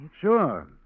Sure